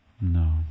No